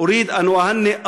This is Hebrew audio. להלן תרגומם: